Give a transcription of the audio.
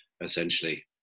essentially